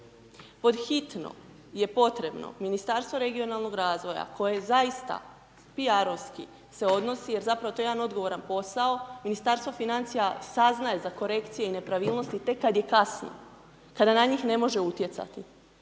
Pod hitno je potrebno Ministarstvo regionalnoga razvoja, koje zaista PR-ovski se odnosi, jer zapravo to je jedan odgovoran posao, Ministarstvo financija saznaje za korekcije i nepravilnosti tek kad je kasno, kada na njih ne može utjecati.